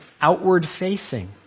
outward-facing